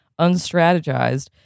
unstrategized